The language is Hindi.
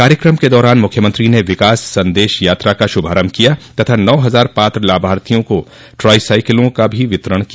कार्यक्रम के दौरान मुख्यमंत्री ने विकास संदेश यात्रा का शुभारम्भ किया तथा नौ हजार पात्र लाभार्थियों को ट्राई साइकिलों का भी वितरण किया